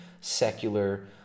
secular